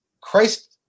Christ –